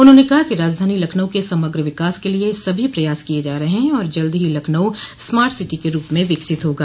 उन्होंने कहा कि राजधानी लखनऊ के समग्र विकास के लिए सभी प्रयास किये जा रहे हैं और जल्द ही लखनऊ स्मार्ट सिटी के रूप में विकसित होगा